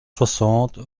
soixante